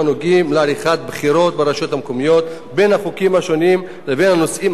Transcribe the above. לעריכת בחירות ברשויות המקומיות בין החוקים השונים ובין הנושאים עצמם.